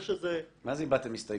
מה זה הבעתם הסתייגות?